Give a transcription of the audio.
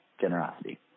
generosity